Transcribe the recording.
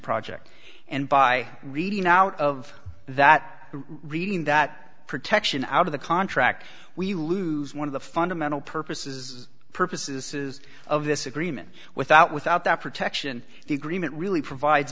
project and by reading out of that reading that protection out of the contract we lose one of the fundamental purposes purposes says of this agreement without without that protection the agreement really provides